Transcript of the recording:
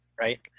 right